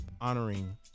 honoring